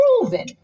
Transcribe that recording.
proven